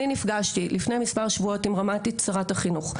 אני נפגשתי לפני כמה שבועות עם שרת החינוך,